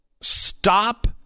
stop